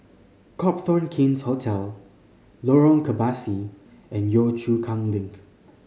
Copthorne King's Hotel Lorong Kebasi and Yio Chu Kang Link